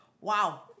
wow